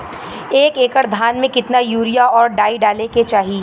एक एकड़ धान में कितना यूरिया और डाई डाले के चाही?